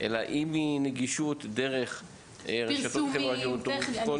אלא גם דרך רשתות חברתיות או כל --- אני